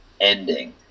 ending